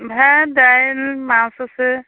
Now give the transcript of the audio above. ভাত দাইল মাছ আছে